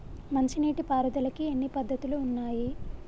మంచి నీటి పారుదలకి ఎన్ని పద్దతులు ఉన్నాయి?